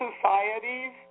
societies